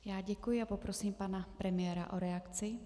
Já děkuji a poprosím pana premiéra o reakci.